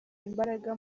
imbaraga